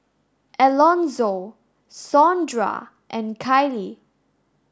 Elonzo Sondra and Kiley